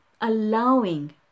allowing